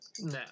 No